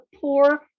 poor